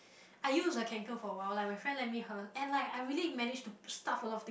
I use a Kanken for a while like my friend lend me her and like I really manage to stuff a lot of thing